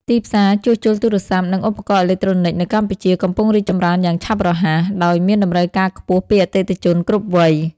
ទីផ្សារជួសជុលទូរស័ព្ទ និងឧបករណ៍អេឡិចត្រូនិចនៅកម្ពុជា កំពុងរីកចម្រើនយ៉ាងឆាប់រហ័ស ដោយមានតម្រូវការខ្ពស់ពីអតិថិជនគ្រប់វ័យ។